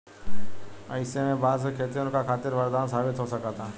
अईसे में बांस के खेती उनका खातिर वरदान साबित हो सकता